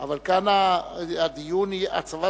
לא מאירה מהצד הזה?